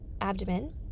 abdomen